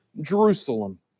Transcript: Jerusalem